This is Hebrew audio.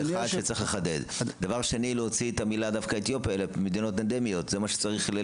יש להוציא את המילה "אתיופיה" ולהכניס את הגדרת "מדינה אנדמית" וכך